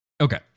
Okay